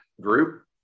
group